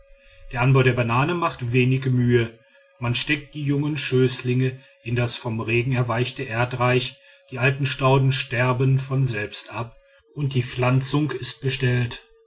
der anbau der banane macht wenig mühe man steckt die jungen schößlinge in das vom regen erweichte erdreich die alten stauden sterben von selbst ab und die pflanzung ist bestellt